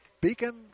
Beacon